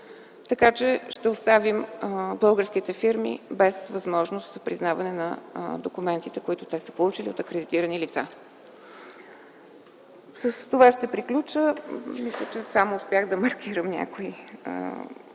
Така че ще оставим българските фирми без възможност за признаване на документите, които те са получили от акредитирани лица. С това ще приключа – мисля, че само успях да маркирам някои основни